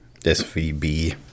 SVB